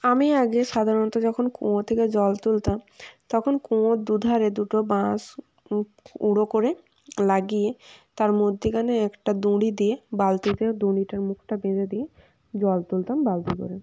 আমি আগে সাধারণত যখন কুঁয়ো থেকে জল তুলতাম তখন কুঁয়োর দুধারে দুটো বাঁশ উড়ো করে লাগিয়ে তার মধ্যিখানে একটা দড়ি দিয়ে বালতিতে দড়িটার মুখটা বেঁধে দিয়ে জল তুলতাম বালতি করে